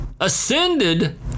ascended